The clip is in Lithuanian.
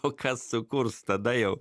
o kas sukurs tada jau